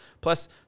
plus